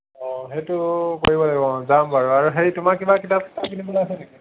অঁ সেইটো কৰিব লাগিব যাম বাৰু আৰু হেৰি তোমাৰ কিবা কিতাপ কিনিবলৈ আছে নেকি